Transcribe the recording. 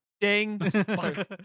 ding